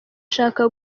ashaka